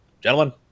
gentlemen